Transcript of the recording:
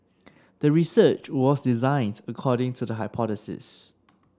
the research was designed according to the hypothesis